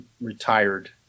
retired